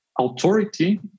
authority